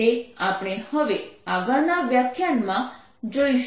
તે આપણે હવે આગળના વ્યાખ્યાનમાં જોઈશું